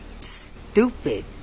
stupid